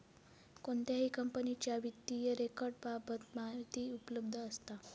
कोणत्याही कंपनीच्या वित्तीय रेकॉर्ड बाबत माहिती उपलब्ध असता